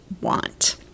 want